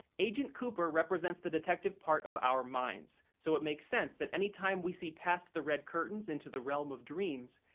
agent cooper represents the detective part of our minds, so it makes sense that any time we see past the red curtains into the realm of dreams,